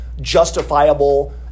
justifiable